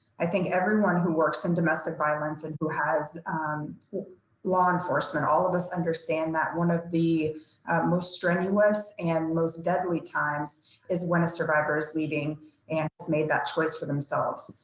i think everyone who works in domestic violence and who has law enforcement, all of us understand that one of the most strenuous and most deadly times is when a survivor is leaving and has made that choice for themselves.